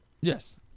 Yes